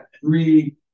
three